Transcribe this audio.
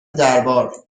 دربار